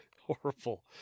horrible